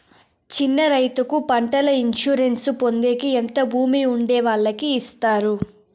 చిన్న రైతుకు పంటల ఇన్సూరెన్సు పొందేకి ఎంత భూమి ఉండే వాళ్ళకి ఇస్తారు?